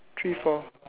three four